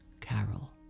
Carol